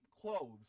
clothes